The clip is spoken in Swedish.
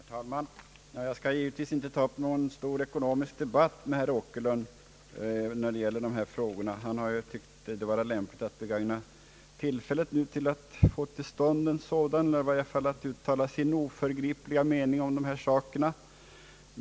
Herr talman! Jag skall givetvis inte ta upp någon stor ekonomisk debatt med herr Åkerlund när det gäller dessa frågor. Han har ju tyckt att det har varit lämpligt att begagna tillfället att få till stånd en debatt — eller i varje fall att uttala sin oförgripliga mening — om dessa saker.